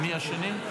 מי השני?